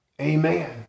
Amen